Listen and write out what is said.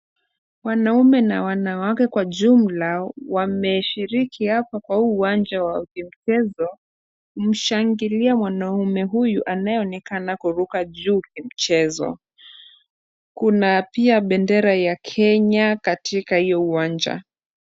Wanaume na wanawake kwa jumla wameshiriki hapa kwa huu uwanja wa michezo, kumshangilia mwanaume huyu anayeonekana kuruka juu kimchezo. Kuna pia bendera ya Kenya katika hiyo uwanja.